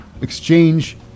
Exchange